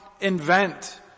invent